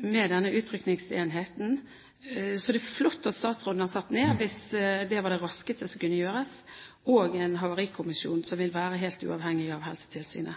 mellom denne utrykningsenheten som det er flott at statsråden har satt ned – hvis det var det raskeste som kunne gjøres – og en havarikommisjon som vil være